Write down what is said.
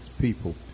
people